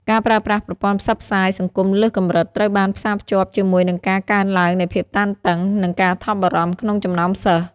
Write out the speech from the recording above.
ការប្រើប្រាស់ប្រព័ន្ធផ្សព្វផ្សាយសង្គមលើសកម្រិតត្រូវបានផ្សារភ្ជាប់ជាមួយនឹងការកើនឡើងនៃភាពតានតឹង និងការថប់បារម្ភក្នុងចំណោមសិស្ស។